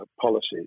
policies